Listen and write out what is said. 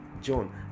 John